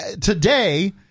today